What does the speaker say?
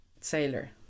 sailor